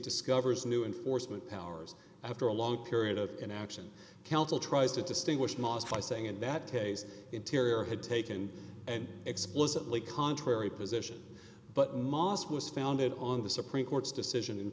discovers new and foresman powers after a long period of inaction counsel tries to distinguish most by saying in that case interior had taken an explicitly contrary position but moss was founded on the supreme court's decision